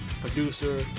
producer